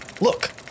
Look